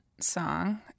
song